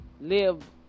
live